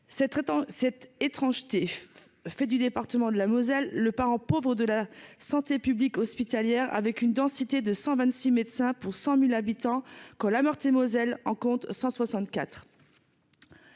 cette étrangeté fait du département de la Moselle, le parent pauvre de la santé publique hospitalière avec une densité de 126 médecins pour 100000 habitants que la Meurthe-et-Moselle en compte 164